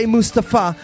Mustafa